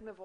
מבורך,